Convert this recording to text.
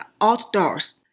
outdoors